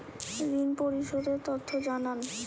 ঋন পরিশোধ এর তথ্য জানান